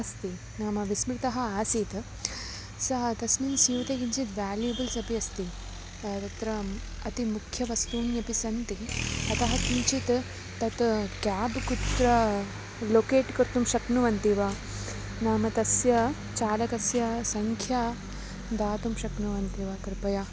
अस्ति नाम विस्मृतः आसीत् सः तस्मिन् स्यूते किञ्चिद् व्याल्युबल्स् अपि अस्ति तत्र अतिमुख्यवस्तून्यपि सन्ति अतः किञ्चित् तत् क्याब् कुत्र लोकेट् कर्तुं शक्नुवन्ति वा नाम तस्य चालकस्य सङ्ख्यां दातुं शक्नुवन्ति वा कृपया